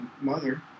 mother